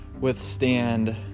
withstand